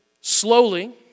slowly